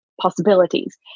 possibilities